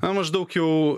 na maždaug jau